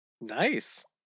Nice